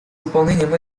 выполнением